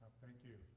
thank you.